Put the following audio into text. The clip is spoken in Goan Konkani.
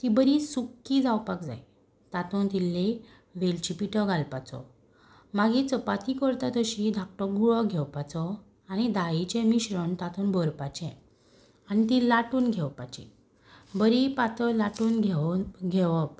ती बरी सुक्की जावपाक जाय तातूंत इल्ली वेलची पिठो घालपाचो मागीर चपाती करता तशी धाकटो गुळो घेवपाचो आनी दाळीचें मिश्रण तातूंत भरपाचें आनी ती लाटून घेवपाची बरी पातळ लाटून घेवन घेवप